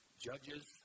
Judges